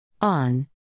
On